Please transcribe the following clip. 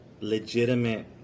legitimate